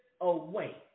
away